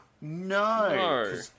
No